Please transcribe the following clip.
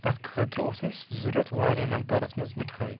تَتھ خٲطرٕ اوس اَسہِ ضروٗرَت واریاہ مٮ۪قدارَس منٛز مِٹھٲے